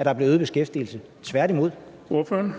Ordføreren. Kl. 17:52 Pernille Vermund